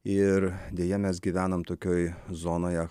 ir deja mes gyvenam tokioj zonoje